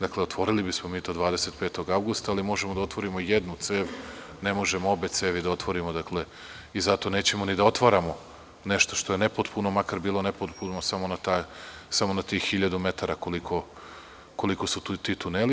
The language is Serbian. Dakle, otvorili bismo mi to 25. avgusta, ali možemo da otvorimo jednu cev, ne možemo obe cevi da otvorimo, i zato nećemo ni da otvaramo nešto što je nepotpuno, makar bilo nepotpuno samo na tih hiljadu metara koliko su ti tuneli.